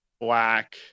Black